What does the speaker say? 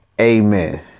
Amen